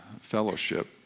Fellowship